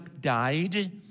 died